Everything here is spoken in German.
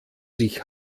sich